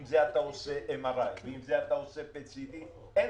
עם זה אתה רוכש MRI ועם זה PET-CT. אין